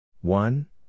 one